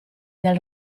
del